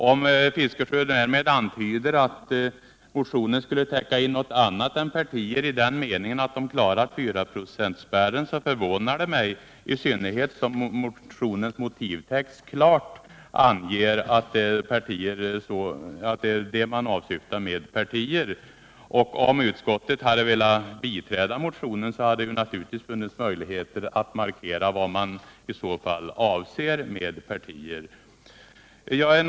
Om Bertil Fiskesjö därmed antyder att motionen skulle täcka in något annat än partier som klarat 4-procentsspärren, så förvånar det mig, i synnerhet som motionens motivtext klart anger att det är just detta som åsyftas. Om utskottet hade velat biträda motionen, hade det naturligtvis funnits möjligheter att markera vad man i så fall avser med partier.